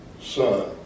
Son